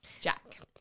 Jack